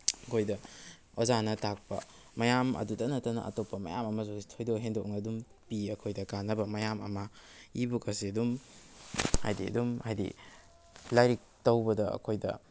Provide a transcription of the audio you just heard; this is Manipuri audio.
ꯑꯩꯈꯣꯏꯗ ꯑꯣꯖꯥꯅ ꯇꯥꯛꯄ ꯃꯌꯥꯝ ꯑꯗꯨꯗ ꯅꯠꯇꯅ ꯑꯇꯣꯞꯄ ꯃꯌꯥꯝ ꯑꯃꯁꯨ ꯊꯣꯏꯗꯣꯛ ꯍꯦꯟꯗꯣꯛꯅ ꯑꯗꯨꯝ ꯄꯤ ꯑꯩꯈꯣꯏꯗ ꯀꯥꯅꯕ ꯃꯌꯥꯝ ꯑꯃ ꯏ ꯕꯨꯛ ꯑꯁꯤ ꯑꯗꯨꯝ ꯍꯥꯏꯗꯤ ꯑꯗꯨꯝ ꯍꯥꯏꯗꯤ ꯂꯥꯏꯔꯤꯛ ꯇꯧꯕꯗ ꯑꯩꯈꯣꯏꯗ